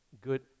good